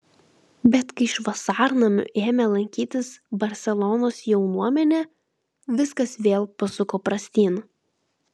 bet kai iš vasarnamių ėmė lankytis barselonos jaunuomenė viskas vėl pasuko prastyn